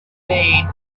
bade